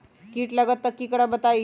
कीट लगत त क करब बताई?